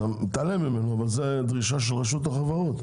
אתה מתעלם ממנו אבל זאת דרישה של רשות החברות.